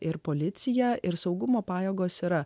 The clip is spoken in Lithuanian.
ir policija ir saugumo pajėgos yra